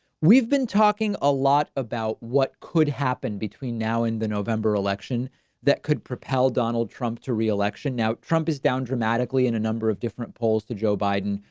we've been talking a lot about what could happen between now and the november election that could propel donald trump to reelection. now, trump is down dramatically in a number of different polls to joe biden.